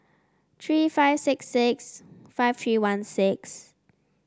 three five six six five three one six